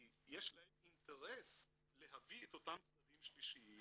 כי יש להם אינטרס להביא את אותם צדדים שלישיים